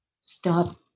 Stop